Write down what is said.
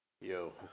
Yo